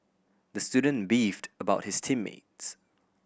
the student beefed about his team mates